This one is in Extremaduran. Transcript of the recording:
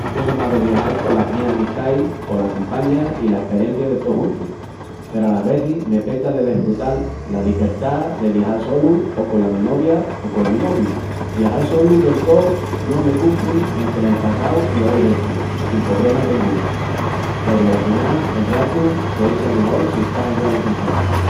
Yo so más de viajal colas mis amistais pola compaña i la esperencia de tos juntus, peru alas vezis me peta de desfrutal la libertá de viajal solu o cola mi novia o col mi noviu. Viajal solu del tó no me cumpri enque nel passau lo ei hechu sin pobrema dengunu, peru ala final el ratu se echa mejol si estás en güena compaña.